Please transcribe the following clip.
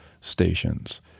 stations